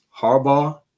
Harbaugh